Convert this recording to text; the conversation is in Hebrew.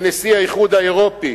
ונשיא האיחוד האירופי.